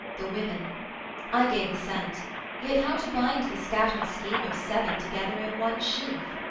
the women i gave assent yet how to bind the scattered scheme of seven together in one sheaf?